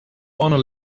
honor